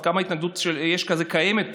עד כמה ההתנגדות של משרד האוצר קיימת.